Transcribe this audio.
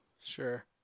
Sure